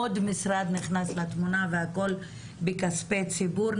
עוד משרד נכנס לתמונה והכל בכספי ציבור.